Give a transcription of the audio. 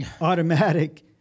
automatic